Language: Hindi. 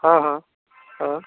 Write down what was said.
हाँ हाँ हाँ